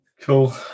Cool